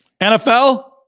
NFL